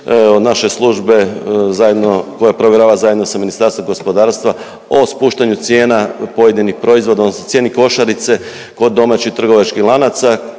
od naše službe zajedno, koja provjerava zajedno sa Ministarstvom gospodarstva o spuštanju cijena pojedinih proizvoda, odnosno cijeni košarice kod domaćih trgovačkih lanaca,